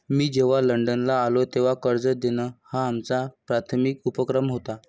मी जेव्हा लंडनला आलो, तेव्हा कर्ज देणं हा आमचा प्राथमिक उपक्रम होता